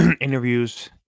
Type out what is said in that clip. interviews